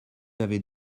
avez